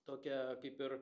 tokią kaip ir